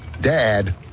dad